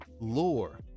lore